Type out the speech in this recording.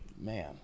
Man